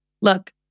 Look